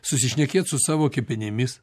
susišnekėt su savo kepenimis